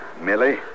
Millie